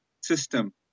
system